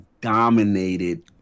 dominated